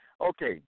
okay